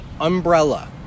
Umbrella